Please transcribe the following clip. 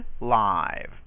live